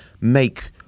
make